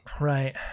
Right